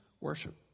worship